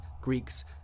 Greeks